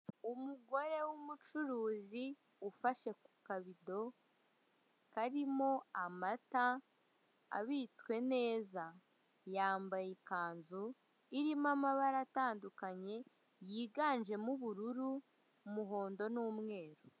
Umugore w'umucuruzi ufashe ku kabido karimo amata abitswe neza, yambaye ikanzu irimo amabara atandukanye yiganjemo ubururu, umuhondo n'umweru.